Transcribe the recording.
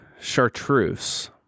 chartreuse